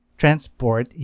transport